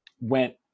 went